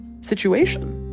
situation